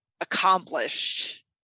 accomplished